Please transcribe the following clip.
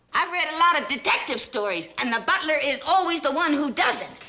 i've read a lot of detective stories and the butler is always the one who does it.